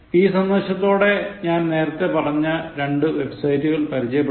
ഈ സന്ദേശത്തോടെ ഞാൻ നേരത്തെ പറഞ്ഞ രണ്ടു വെബ്സൈറ്റുകൾ പരിചയപ്പെടുത്താം